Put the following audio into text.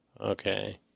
Okay